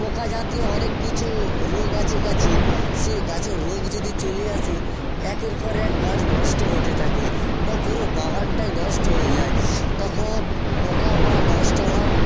পোকা জাতীয় অনেক কিছু রোগ আছে গাছের সে গাছের রোগ যদি চলে আসে একের পর এক গাছ নষ্ট হতে থাকে বা পুরো বাগানটাই নষ্ট হয়ে যায় তখন পোকা বা নষ্ট হওয়ার